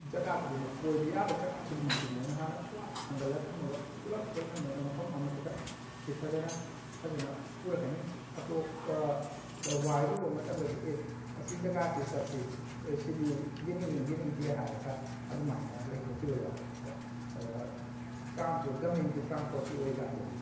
ꯖꯒꯥ ꯈꯨꯗꯤꯡꯃꯛ ꯀꯣꯏꯕ ꯌꯥꯕ ꯖꯒꯥ ꯈꯨꯗꯤꯡꯃꯛꯁꯦ ꯃꯣꯏꯅ ꯍꯥꯟꯅ ꯄꯨꯔꯥ ꯈꯪꯒꯠꯂ ꯊꯝꯃꯒ ꯄꯨꯜꯂꯞ ꯑꯣꯏꯅ ꯃꯣꯏꯅ ꯃꯐꯝ ꯑꯃꯠꯇꯗ ꯆꯤꯊꯗꯅ ꯐꯖꯅ ꯄꯨꯔꯛꯀꯅꯤ ꯑꯇꯣꯞꯄꯗ ꯋꯥꯏꯔꯨꯕ ꯃꯇꯝꯗꯗꯤ ꯑꯦ ꯑꯁꯤ ꯖꯒꯥꯁꯤ ꯆꯠꯁꯤ ꯑꯦ ꯁꯤꯗꯤ ꯌꯦꯡꯅꯤꯡꯉꯤ ꯌꯦꯡꯅꯤꯡꯗꯦ ꯍꯥꯏꯔꯒ ꯑꯗꯨꯃꯥꯏꯅ ꯂꯩꯊꯣꯛꯈꯤꯕ ꯌꯥꯎꯏꯕꯀꯣ ꯑꯗꯨꯒ ꯇ꯭ꯔꯥꯟꯄꯣꯔꯠ ꯒꯃꯦꯟꯒꯤ ꯇ꯭ꯔꯥꯟꯁꯄꯣꯔꯠꯀꯤ ꯑꯣꯏꯕꯀꯥꯟꯗꯗꯤ